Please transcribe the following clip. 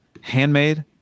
Handmade